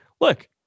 look